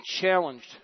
challenged